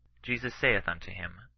jesus saith unto him,